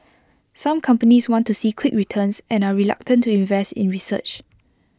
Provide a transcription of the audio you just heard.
some companies want to see quick returns and are reluctant to invest in research